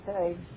Okay